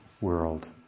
world